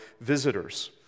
visitors